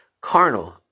carnal